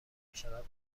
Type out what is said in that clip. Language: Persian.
میشود